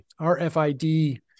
RFID